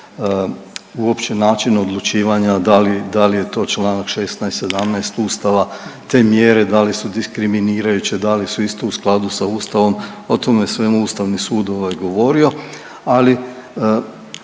uopće način odlučivanja da li, da li je to čl. 16.-17. Ustava, te mjere da li su diskriminirajuće, da li su isto u skladu sa Ustavom, o tome svemu Ustavni sud je govorio, ali